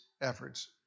efforts